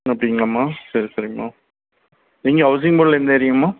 அப்படிங்களாம்மா சரி சரிங்கம்மா எங்கே ஹவுஸிங் போர்டில் எந்த ஏரியாம்மா